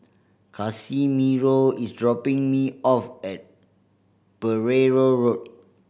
Casimiro is dropping me off at Pereira Road